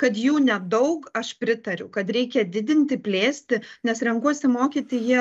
kad jų nedaug aš pritariu kad reikia didinti plėsti nes renkuosi mokyti jie